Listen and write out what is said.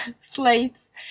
slates